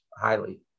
highly